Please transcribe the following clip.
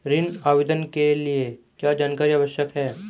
ऋण आवेदन के लिए क्या जानकारी आवश्यक है?